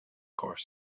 course